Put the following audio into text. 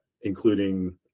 Including